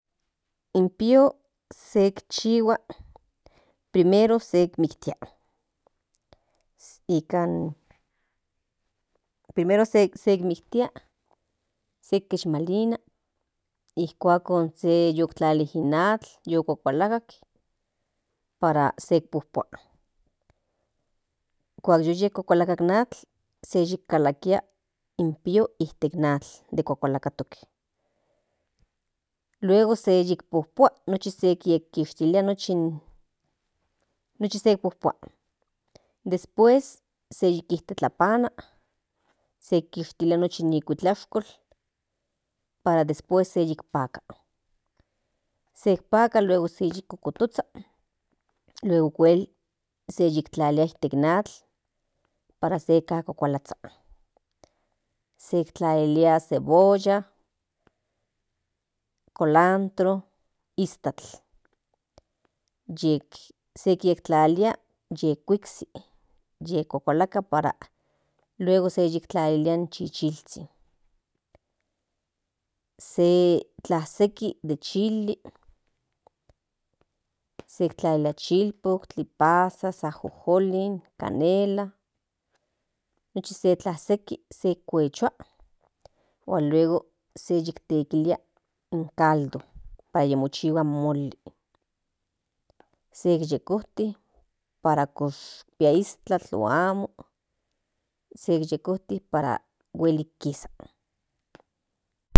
In pio se ikchihhuan nikan primero se miktia nikan se kishmalina ikuakon se yiuktlali in atl yiu cuakalakatl para se pojpua kuak yiu kuakalakatl in atl se yickalakia in pia itek atl de kuakalakatokl luego se pojpua nochi se kishtilia después se yiktitlapana se yikishtilia ni kuitlashkol para después se yikáka se ikpaka luego yikototozha luego okuel se yiktlalia itek atl para se kuakakalakatl okuel tlalilia cebolla colantro iztakl yek se kintlalia yek huiksik yikuakalakatl para kuego se yikintlalilia in chichilzhin se tlasseki de chili sek tlalilia chilpotli pazas ajojolin canela nochi se tlasseki se kuechua huan luego se tiktekilia in caldo para yimochihua in moli se yekojtik para kinpia iztakl o amo se yecojtik para huelik kisas.